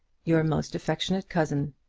your most affectionate cousin,